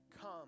come